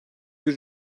bir